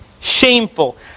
shameful